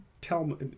tell